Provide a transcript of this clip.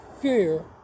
fear